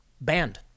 banned